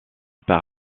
par